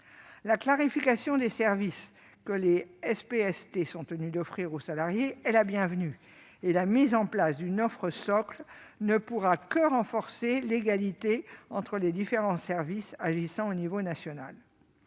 La clarification des services que les SPST sont tenus d'offrir aux salariés est la bienvenue. En parallèle, le déploiement d'une offre socle ne pourra que renforcer l'égalité entre les différents services oeuvrant à l'échelle nationale.